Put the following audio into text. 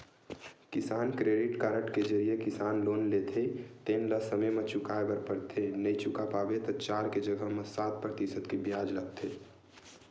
किसान credit card के जरिए किसान लोन लेथे तेन ल समे म चुकाए बर परथे नइ चुका पाबे त चार के जघा म सात परतिसत के बियाज लगथे